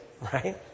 Right